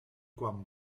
kwam